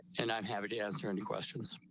and i'm happy to answer any questions.